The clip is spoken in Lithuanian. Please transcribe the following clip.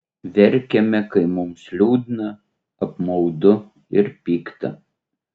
verkiame kai mums liūdna apmaudu ir pikta